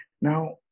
Now